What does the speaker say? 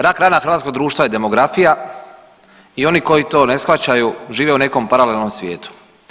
Rak rana hrvatskog društva je demografija i oni koji to ne shvaćaju žive u nekom paralelnom svijetu.